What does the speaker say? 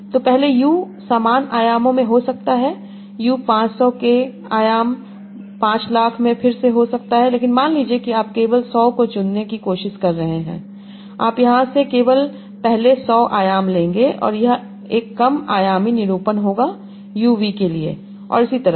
तो पहले U समान आयामों में हो सकता है U 500 k आयाम 500000 में फिर से हो सकता है लेकिन मान लीजिए कि आप केवल 100 को चुनने की कोशिश कर रहे हैं आप यहाँ से केवल पहले सौ आयाम लेंगे और यह एक कम आयामी निरूपण होगा u v के लिए और इसी तरह